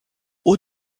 haut